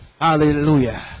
Hallelujah